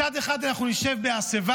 מצד אחד, אנחנו נשב בהסבה,